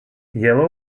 yellow